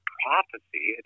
prophecy